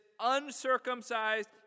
uncircumcised